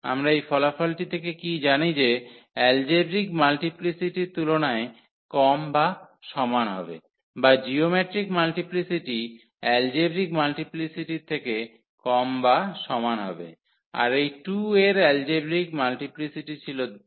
আমরা এই ফলাফলটি থেকে কী জানি যে এলজেব্রিক মাল্টিপ্লিসিটির তুলনায় কম বা সমান হবে বা জিওমেট্রিক মাল্টিপ্লিসিটি এলজেব্রিক মাল্টিপ্লিসিটির থেকে কম বা সমান হবে আর এই 2 এর এলজেব্রিক মাল্টিপ্লিসিটি ছিল 2